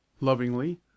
lovingly